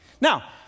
Now